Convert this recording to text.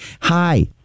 Hi